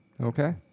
Okay